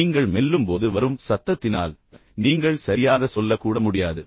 நீங்கள் மெல்லும்போது நீங்கள் ஏற்படுத்தும் சத்தம் இதனால் நீங்கள் சரியாக ஏதாவது சொல்ல கூட முடியாது